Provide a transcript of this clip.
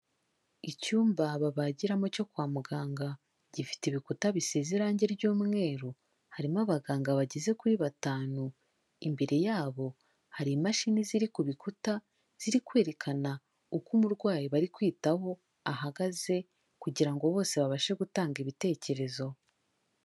Icyumba babagiramo cyo kwa muganga gifite ibikuta bisize irange ry'umweru, harimo abaganga bageze kuri batanu, imbere yabo hari imashini ziri ku bikuta, ziri kwerekana uko umurwayi bari kwitaho ahagaze kugira ngo bose babashe gutanga ibitekerezo.